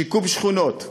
שיקום שכונות,